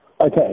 Okay